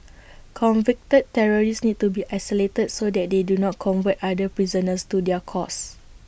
convicted terrorists need to be isolated so that they do not convert other prisoners to their cause